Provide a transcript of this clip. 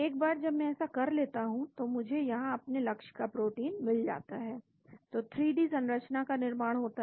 एक बार जब मैं ऐसा कर लेता हूं तो मुझे यहां अपने लक्ष्य का प्रोटीन मिल जाता है तो 3 डी संरचना का निर्माण होता है